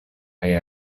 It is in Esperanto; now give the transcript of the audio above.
kaj